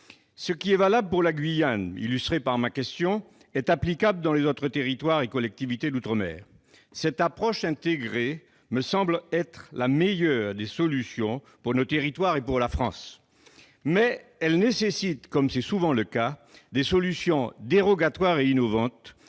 Ce qui est valable pour la Guyane l'est aussi pour les autres territoires et collectivités d'outre-mer. Une telle approche intégrée me semble être la meilleure des voies pour nos territoires et pour la France, mais elle nécessite, comme c'est souvent le cas, des solutions dérogatoires et innovantes